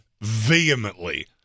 vehemently